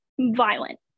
violent